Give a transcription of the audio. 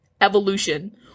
Evolution